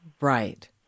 right